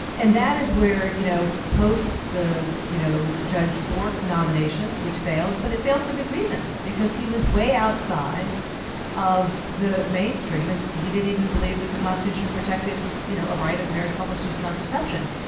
and that is where, you know post the you know judge bork nomination, which failed, but it failed for good reason, because he was way outside of the mainstream, and he didn't even believe that the constitution protected you know a right of married couples to use contraception.